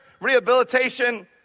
rehabilitation